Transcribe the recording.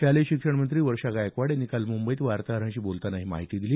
शालेय शिक्षणमंत्री वर्षा गायकवाड यांनी काल मुंबईत वार्ताहरांशी बोलतांना ही माहिती दिली